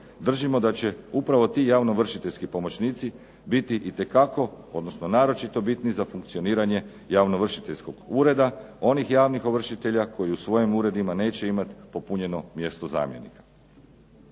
Držimo da će upravo ti javno ovršiteljski pomoćnici biti itekako odnosno naročito bitni za funkcioniranja javno ovršiteljskog ureda, onih javnih ovršitelja koji u svojim uredima neće imati popunjeno mjesto zamjenika.